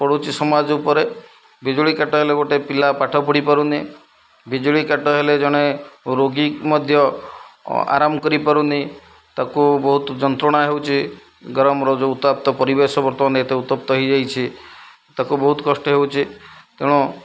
ପଡ଼ୁଛି ସମାଜ ଉପରେ ବିଜୁଳି କାଟ ହେଲେ ଗୋଟେ ପିଲା ପାଠ ପଢ଼ି ପାରୁନି ବିଜୁଳି କାଟ ହେଲେ ଜଣେ ରୋଗୀ ମଧ୍ୟ ଆରାମ କରିପାରୁନି ତାକୁ ବହୁତ ଯନ୍ତ୍ରଣା ହେଉଛି ଗରମର ଯେଉଁ ଉତାପ୍ତ ପରିବେଶ ବର୍ତ୍ତମାନ ଏତେ ଉତ୍ତପ୍ତ ହେଇଯାଇଛି ତାକୁ ବହୁତ କଷ୍ଟ ହେଉଛି ତେଣୁ